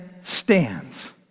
stands